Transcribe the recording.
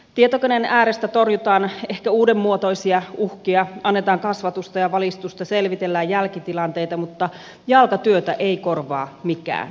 tietokoneen äärestä torjutaan ehkä uudenmuotoisia uhkia annetaan kasvatusta ja valistusta selvitellään jälkitilanteita mutta jalkatyötä ei korvaa mikään